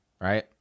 right